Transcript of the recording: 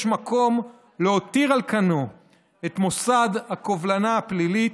מקום להותיר על כנו את מוסד הקובלנה הפלילית.